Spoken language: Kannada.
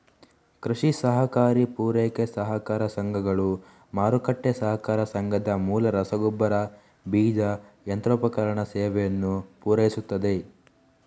ಕೃಷಿ ಸಹಕಾರಿ ಪೂರೈಕೆ ಸಹಕಾರ ಸಂಘಗಳು, ಮಾರುಕಟ್ಟೆ ಸಹಕಾರ ಸಂಘದ ಮೂಲಕ ರಸಗೊಬ್ಬರ, ಬೀಜ, ಯಂತ್ರೋಪಕರಣ ಸೇವೆಯನ್ನು ಪೂರೈಸುತ್ತವೆ